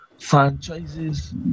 franchises